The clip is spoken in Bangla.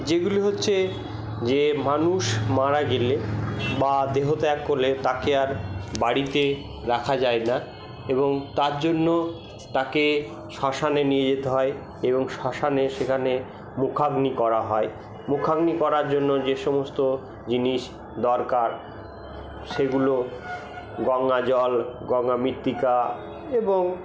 যেগুলি হচ্ছে যে মানুষ মারা গেলে বা দেহ ত্যাগ করলে তাকে আর বাড়িতে রাখা যায় না এবং তার জন্য তাকে শ্মশানে নিয়ে যেতে হয় এবং শ্মশানে সেখানে মুখাগ্নি করা হয় মুখাগ্নি করার জন্য যে সমস্ত জিনিস দরকার সেগুলো গঙ্গাজল গঙ্গা মৃত্তিকা এবং